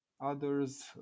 Others